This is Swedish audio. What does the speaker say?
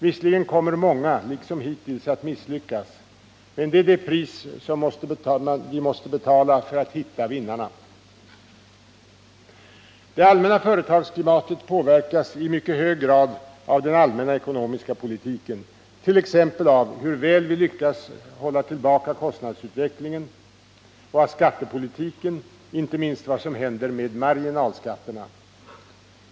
Visserligen kommer många, liksom hittills, att misslyckas, men det är det pris vi måste betala för att hitta vinnarna. Det allmänna företagsklimatet påverkas i mycket hög grad av den allmänna ekonomiska politiken, t.ex. av hur väl vi lyckas hålla tillbaka kostnadsutvecklingen, och av skattepolitiken, inte minst vad som händer med marginalskatterna.